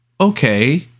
okay